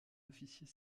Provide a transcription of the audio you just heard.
officier